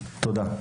תודה.